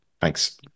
Thanks